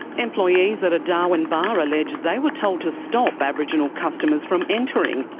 employees at a darwin bar allege they were told to stop aboriginal customers from entering.